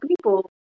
people